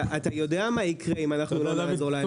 אתה יודע מה יקרה אם הם לא יעזרו להם?